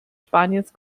spaniens